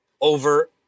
over